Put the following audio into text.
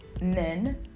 men